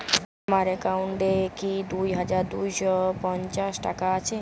আমার অ্যাকাউন্ট এ কি দুই হাজার দুই শ পঞ্চাশ টাকা আছে?